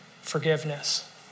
Forgiveness